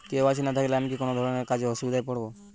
KYC না থাকলে আমি কোন কোন ধরনের কাজে অসুবিধায় পড়ব?